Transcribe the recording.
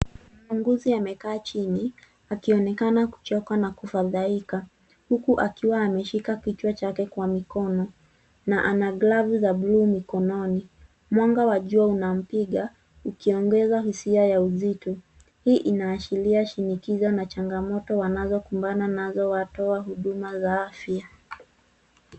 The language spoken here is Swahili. Muuguzi amekaa chini akionekana kuchoka na kufadhaika huku akiwa ameshika kichwa chake kwa mikono na ana glavu za bluu mikononi. Mwanga wa jua unampiga ukiongeza hisia ya uzito. Hii inaashiria shinikizo na changamoto wanazokumbana nazo watoa huduma za afya.